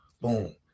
boom